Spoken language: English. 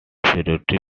priority